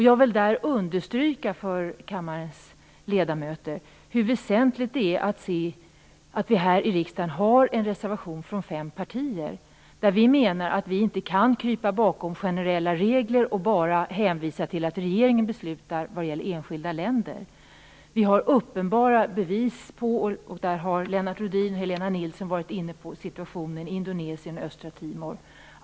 Jag vill där understryka för kammarens ledamöter hur väsentligt det är att se att vi här i riksdagen har en reservation från fem partier, där vi menar att vi inte kan krypa bakom generella regler och bara hänvisa till att regeringen beslutar när det gäller enskilda länder. Vi har uppenbara bevis i fråga om detta. Lennart Rohdin och Helena Nilsson har varit inne på situationen i Indonesien och östra Timor.